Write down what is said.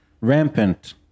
rampant